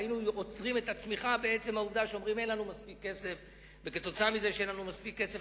היינו עוצרים את הצמיחה בעצם העובדה שהיינו אומרים שאין לנו מספיק כסף,